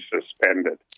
suspended